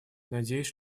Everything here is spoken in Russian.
надеюсь